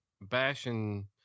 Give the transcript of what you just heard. bashing